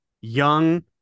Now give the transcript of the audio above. Young